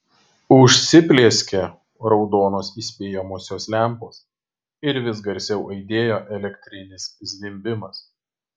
užsiplieskė raudonos įspėjamosios lempos ir vis garsiau aidėjo elektrinis zvimbimas